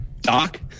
Doc